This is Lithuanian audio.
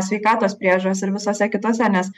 sveikatos priežiūros ir visose kitose nes